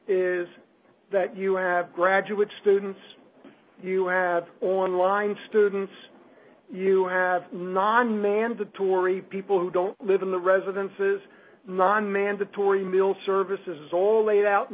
is that you have graduate students you have online students you have non mandatory people who don't live in the residences non mandatory mill services all laid out